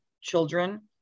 children